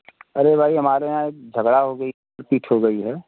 अरे भाई हमारे यहाँ एक झगड़ा हो गई मार पीट हो गई है